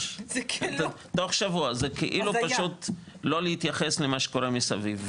תוך שבוע, זה פשוט לא להתייחס למה שקורה מסביב.